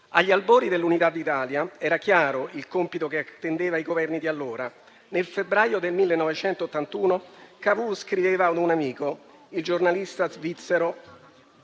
Agli albori dell'Unità d'Italia era chiaro il compito che attendeva i Governi di allora. Nel febbraio del 1861 Cavour scriveva un amico, giornalista svizzero: